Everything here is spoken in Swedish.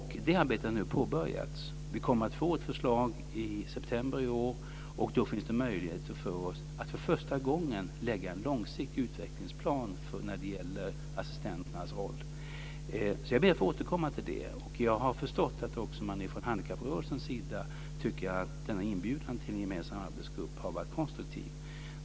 Det arbetet har nu påbörjats. Vi kommer att få ett förslag i september i år och då finns det möjligheter för oss att för första gången lägga fram en långsiktig utvecklingsplan när det gäller assistenternas roll. Jag ber att få återkomma till det. Jag har förstått att man också från handikapprörelsens sida tycker att inbjudan till den gemensamma arbetsgruppen har varit konstruktiv.